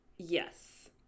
Yes